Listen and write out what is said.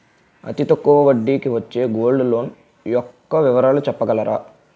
అతి తక్కువ వడ్డీ కి వచ్చే గోల్డ్ లోన్ యెక్క వివరాలు చెప్పగలరా?